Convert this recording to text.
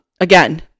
again